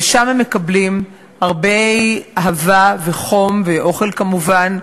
ושם הם מקבלים הרבה אהבה וחום, ואוכל כמובן,